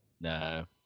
No